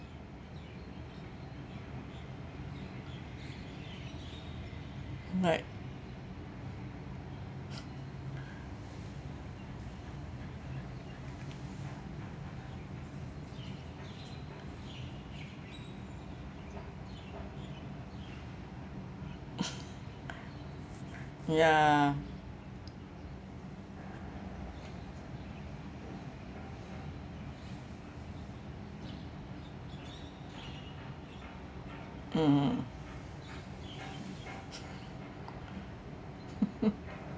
like ya mm